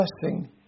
blessing